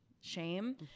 shame